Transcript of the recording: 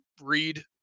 read